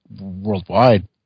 worldwide